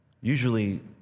Usually